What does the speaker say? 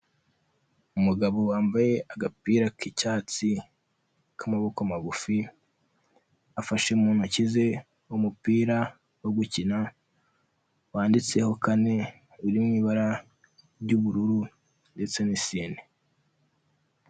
Umugabo wambaye agapira k'icyatsi, k'amaboko magufi, afashe mu ntoki ze, umupira wo gukina, wanditseho kane, uri mu ibara ry'ubururu, ndetse n'isine.